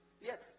Yes